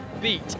beat